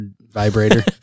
vibrator